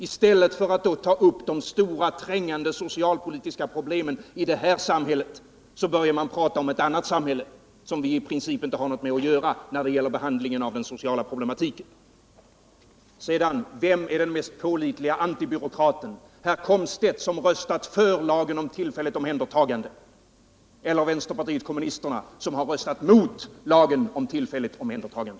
I stället för att ta upp de stora, trängande socialpolitiska problemen i det här samhället börjar man prata om ett annat samhälle, som vi i princip inte har något med att göra när det gäller behandlingen av den sociala problematiken. Vem är den mest pålitliga antibyråkraten - herr Komstedt som röstat för lagen om tillfälligt omhändertagande, eller vänsterpartiet kommunisterna som röstat mot lagen om tillfälligt omhändertagande?